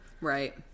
right